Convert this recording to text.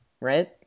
right